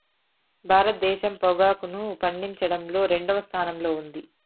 భారతదేశం పొగాకును పండించడంలో రెండవ స్థానంలో ఉంది